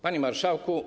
Panie Marszałku!